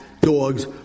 dogs